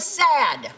sad